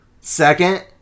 Second